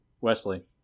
Wesley